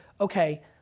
okay